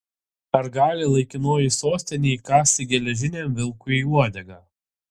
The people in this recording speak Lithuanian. ar gali laikinoji sostinė įkąsti geležiniam vilkui į uodegą